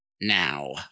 now